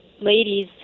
ladies